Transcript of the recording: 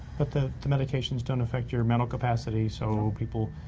but the medications don't affect your mental capacity, so people,